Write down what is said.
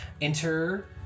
enter